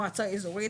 המועצה האזורית,